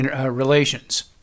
relations